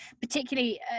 particularly